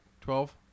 Twelve